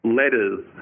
letters